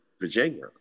Virginia